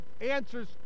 answers